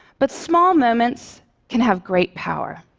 but small moments can have great power.